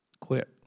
quit